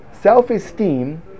Self-esteem